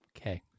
Okay